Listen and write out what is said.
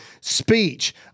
speech